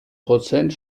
prozent